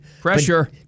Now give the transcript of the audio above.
Pressure